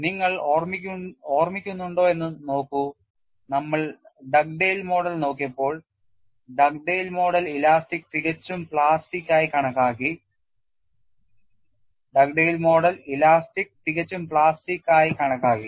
നിങ്ങൾ ഓർമ്മിക്കുന്നുണ്ടോയെന്ന് നോക്കൂ നമ്മൾ Dugdale മോഡൽ നോക്കിയപ്പോൾ Dugdale മോഡൽ ഇലാസ്റ്റിക് തികച്ചും പ്ലാസ്റ്റിക്ക് ആയി കണക്കാക്കി